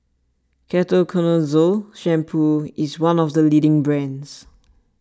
Ketoconazole Shampoo is one of the leading brands